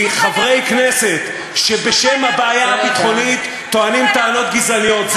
היא חברי כנסת שבשם הבעיה הביטחונית טוענים טענות גזעניות.